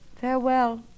Farewell